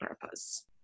purpose